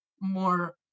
more